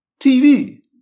TV